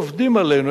עובדים עלינו,